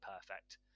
perfect